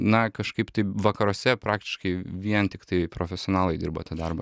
na kažkaip tai vakaruose praktiškai vien tiktai profesionalai dirba tą darbą